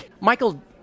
Michael